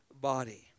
body